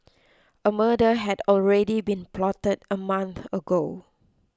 a murder had already been plotted a month ago